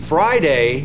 Friday